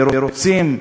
ורוצים בערך,